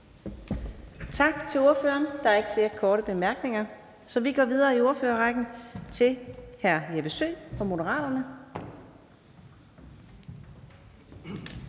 Tak til ordføreren. Der er ikke flere korte bemærkninger, så vi går videre i ordførerrækken til hr. Jeppe Søe fra Moderaterne.